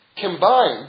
combine